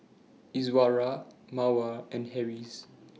Izzara Mawar and Harris